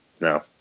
no